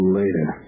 later